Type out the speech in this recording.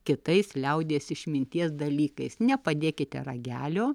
kitais liaudies išminties dalykais nepadėkite ragelio